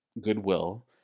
goodwill